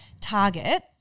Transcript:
target